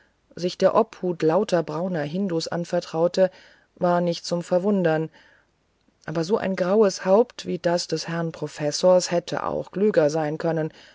sich der obhut lauter brauner hindus anvertraute war nicht zum verwundern aber so ein graues haupt wie das des herrn professors hätte auch klüger sein können